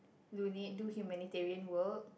donate do humanitarian work